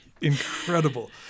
Incredible